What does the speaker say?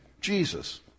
Jesus